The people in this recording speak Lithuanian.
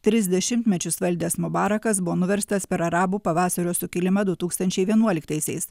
tris dešimtmečius valdęs mubarakas buvo nuverstas per arabų pavasario sukilimą du tūkstančiai vienuoliktaisiais